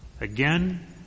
Again